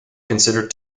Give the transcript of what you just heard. considered